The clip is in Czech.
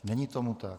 Není tomu tak.